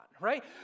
right